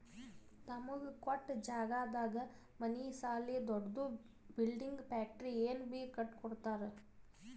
ತಮಗ ಕೊಟ್ಟ್ ಜಾಗದಾಗ್ ಮನಿ ಸಾಲಿ ದೊಡ್ದು ಬಿಲ್ಡಿಂಗ್ ಫ್ಯಾಕ್ಟರಿ ಏನ್ ಬೀ ಕಟ್ಟಕೊತ್ತರ್